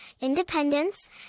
independence